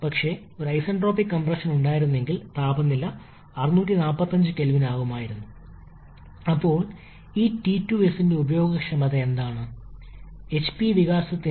ഇത് ഐസന്റ്രോപിക് ആണെങ്കിൽ n ഉപയോഗിച്ച് k ഉപയോഗിച്ച് മാറ്റിസ്ഥാപിക്കും